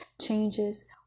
changes